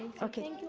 okay.